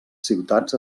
ciutats